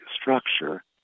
structure